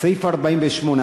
בסעיף 48,